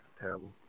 Terrible